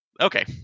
Okay